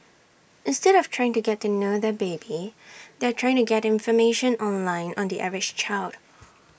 instead of trying to get to know their baby they are trying to get information online on the average child